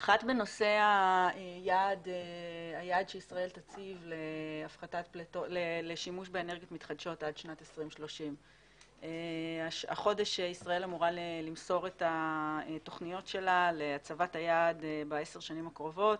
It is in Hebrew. שאלה אחת בנושא היעד שישראל תציב לשימוש באנרגיות מתחדשות עד שנת 2030. החודש ישראל אמורה למסור את התוכניות שלה להצבת היעד בעשר השנים הקרובות.